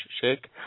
shake